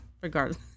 regardless